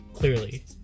Clearly